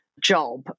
job